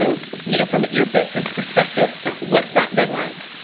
so you know from your business perspective, what's that been like?